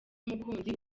mukunzi